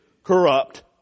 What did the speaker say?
Corrupt